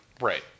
Right